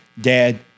Dad